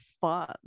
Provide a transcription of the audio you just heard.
fun